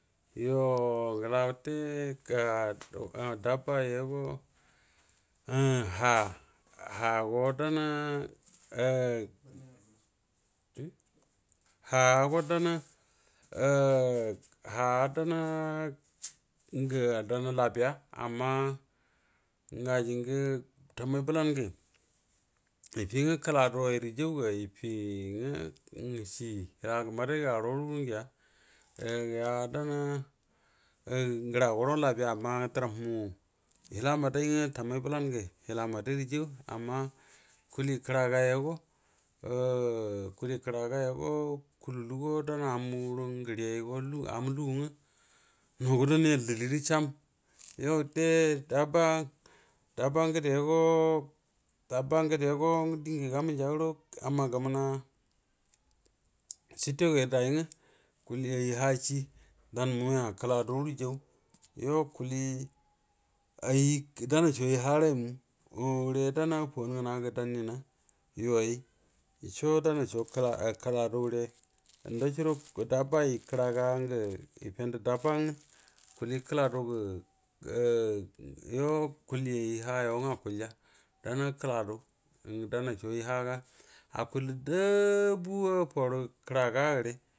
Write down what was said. Yo ngb wute bafai yugo uu ha hago danə a hago danor ha dana dana lakiya amma ajingə tumu untangu ifi nga kətaduwairri jauga ifinga shi hilagu mbdai arodo ngiya ura ngiya dana ngrogoro labiya amma dramawa hila madai nga tammai blan ngu hila nadai ni jau amma kuti kəraga yogo kuli kara a yogo kulutugo dana au murgo ngəriyaigo amu ingu nga nugud nigel diliru cham yo wute dabba dabba ngədego dabba ngədego dingəgamuja gudo amma gamuna sattee hight yayiru dai nga kuli ayi hashi dau muya kəladuru jau yo kuli ayi danasho agi harai mama re dana fonu ngungu dan nina ye wai yusho danasho kəladure ndashodo dahba kəraga ngu ifendu dabba nga kuli kəlodu gu yo kuti chi hayo akulya dana kəladu danacho ai haga a kullu daabu a bru kəragare.